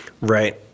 Right